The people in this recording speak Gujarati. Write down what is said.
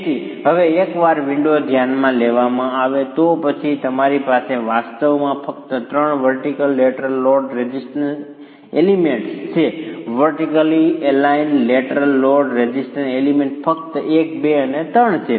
તેથી હવે એકવાર વિન્ડો ધ્યાનમાં લેવામાં આવે તો પછી તમારી પાસે વાસ્તવમાં ફક્ત 3 vertical lateral load resisting elements છે vertically align lateral load resisting elements ફક્ત 1 2 અને 3 છે